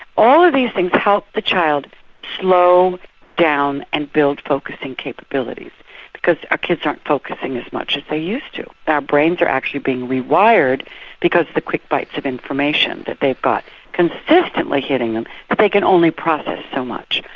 all of these things help the child slow down and build focussing capabilities because our kids aren't focussing as much as they used to. our brains are actually being rewired because of the quick bites of information that they've got consistently and like hitting them but they can only process so much.